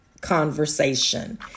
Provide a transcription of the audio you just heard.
conversation